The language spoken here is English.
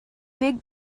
big